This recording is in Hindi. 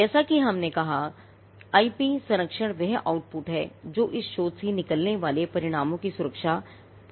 जैसा कि हमने कहा था आईपी संरक्षण वह आउटपुट है जो इस शोध से निकलने वाले परिणामों की सुरक्षा करता है